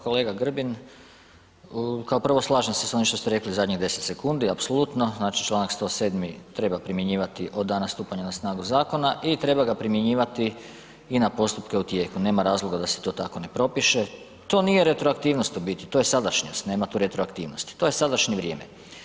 Kolega Grbin, kao prvo slažem se s onim što ste rekli zadnjih 10 sekundi apsolutno, znači članak 107. treba primjenjivati od dana stupanja na snagu zakona i treba ga primjenjivati i na postupke u tijeku, nema razloga da se to tako ne propiše, to nije retroaktivnost u biti, to je sadašnjost, nema tu retroaktivnosti, to je sadašnje vrijeme.